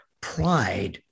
Pride